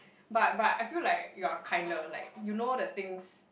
but but I feel like you are kind a like you know the things